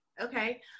okay